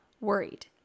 Worried